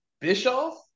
Bischoff